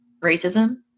racism